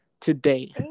today